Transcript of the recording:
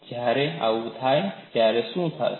જ્યારે આવું થાય ત્યારે શું થશે